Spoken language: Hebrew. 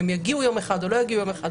הם יגיעו יום אחד או לא יגיעו יום אחד,